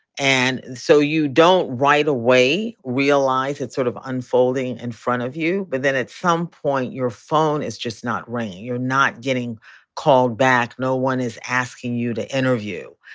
and so you don't right away realize it's sort of unfolding in front of you. but then at some point, your phone is just not ringing. you're not getting called back. back. no one is asking you to interview.